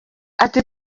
ati